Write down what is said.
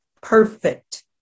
Perfect